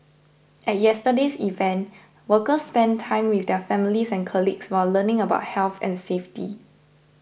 at yesterday's event workers spent time with their families and colleagues while learning about health and safety